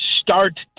Start